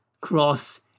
cross